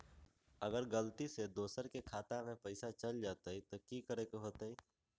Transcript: अगर गलती से दोसर के खाता में पैसा चल जताय त की करे के होतय?